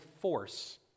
force